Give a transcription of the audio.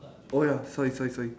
oh ya sorry sorry sorry